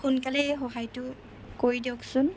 সোনকালেই এই সহায়টো কৰি দিয়কচোন